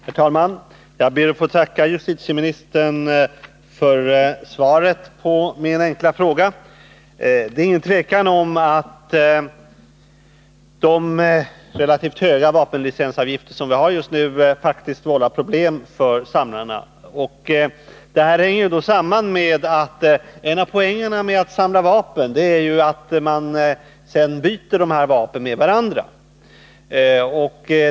Herr talman! Jag ber att få tacka justitieministern för svaret på min fråga. Det är inget tvivel om att de relativt höga vapenlincensavgifter som vi har just nu faktiskt vållar problem för samlarna. Detta hänger samman med att en av poängerna med att samla vapen är att man sedan byter vapnen med varandra.